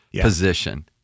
Position